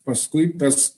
paskui tas